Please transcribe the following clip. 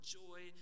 joy